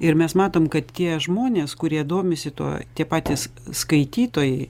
ir mes matom kad tie žmonės kurie domisi to tie patys skaitytojai